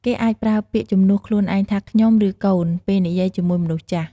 គេអាចប្រើពាក្យជំនួសខ្លួនឯងថា "ខ្ញុំ" ឬ "កូន" ពេលនិយាយជាមួយមនុស្សចាស់។